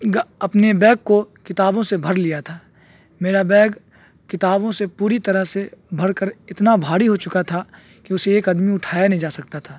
اپنے بیگ کو کتابوں سے بھر لیا تھا میرا بیگ کتابوں سے پوری طرح سے بھر کر اتنا بھاری ہو چکا تھا کہ اسے ایک آدمی اٹھایا نہیں جا سکتا تھا